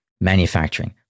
manufacturing